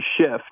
shift